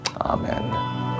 Amen